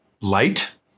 Light